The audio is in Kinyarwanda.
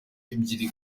ebyiri